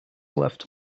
left